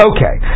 Okay